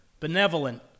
benevolent